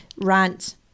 Rant